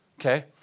Okay